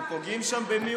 שבה פוגעים במיעוטים,